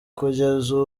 kugeza